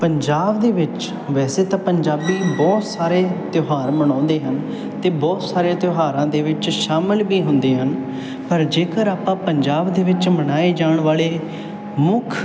ਪੰਜਾਬ ਦੇ ਵਿੱਚ ਵੈਸੇ ਤਾਂ ਪੰਜਾਬੀ ਬਹੁਤ ਸਾਰੇ ਤਿਉਹਾਰ ਮਨਾਉਂਦੇ ਹਨ ਅਤੇ ਬਹੁਤ ਸਾਰੇ ਤਿਉਹਾਰਾਂ ਦੇ ਵਿੱਚ ਸ਼ਾਮਲ ਵੀ ਹੁੰਦੇ ਹਨ ਪਰ ਜੇਕਰ ਆਪਾਂ ਪੰਜਾਬ ਦੇ ਵਿੱਚ ਮਨਾਏ ਜਾਣ ਵਾਲੇ ਮੁੱਖ